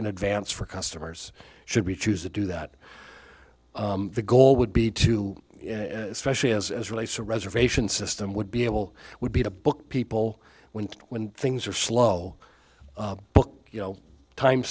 in advance for customers should we choose to do that the goal would be to specially as relates to reservation system would be able would be to book people when when things are slow but you know time